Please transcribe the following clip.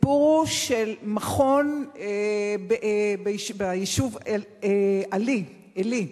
הסיפור הוא של מכון ביישוב עלי,